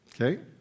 okay